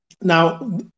Now